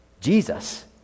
Jesus